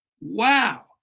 Wow